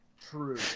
True